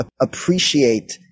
appreciate